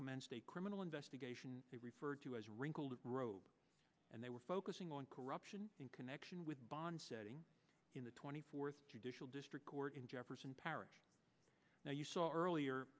commenced a criminal investigation he referred to as wrinkled road and they were focusing on corruption in connection with bonds sitting in the twenty fourth traditional district court in jefferson parish now you saw earlier